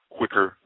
quicker